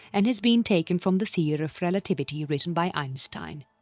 and has been taken from the theory of relativity written by einstein.